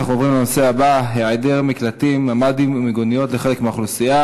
בעד, 6, אין מתנגדים, אין נמנעים.